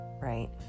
right